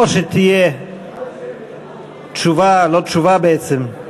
או שתהיה תשובה לא תשובה בעצם,